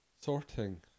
Sorting